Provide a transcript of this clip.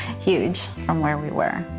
huge, from where we were.